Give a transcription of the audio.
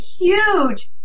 huge